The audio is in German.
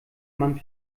mann